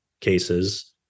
cases